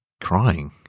crying